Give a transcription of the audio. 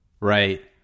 right